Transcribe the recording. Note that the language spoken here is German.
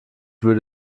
würde